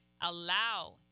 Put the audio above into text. allow